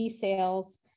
sales